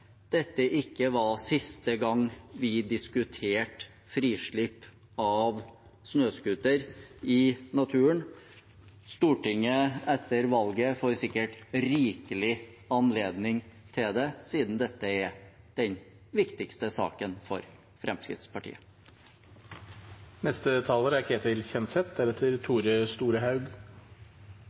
dette ikke er siste gang vi diskuterer frislipp av snøscooter i naturen. Etter valget får Stortinget sikkert rikelig anledning til det siden dette er den viktigste saken for Fremskrittspartiet. Dette er